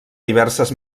diverses